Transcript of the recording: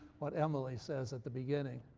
what emily says at the beginning.